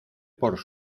por